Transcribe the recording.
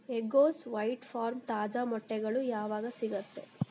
Eggoz white farm ತಾಜಾ ಮೊಟ್ಟೆಗಳು ಯಾವಾಗ ಸಿಗುತ್ತೆ